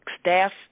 staff